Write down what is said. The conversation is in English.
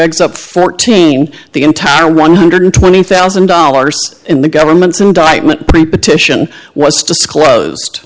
eggs up fourteen the entire one hundred and twenty thousand dollars in the government's indictment by petition was disclosed